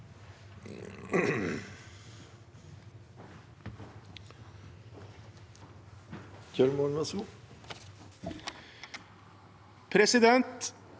Presidenten